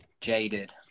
jaded